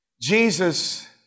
Jesus